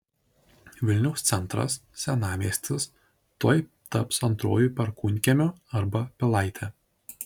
vilniaus centras senamiestis tuoj taps antruoju perkūnkiemiu arba pilaite